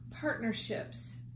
partnerships